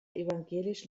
evangelisch